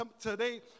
today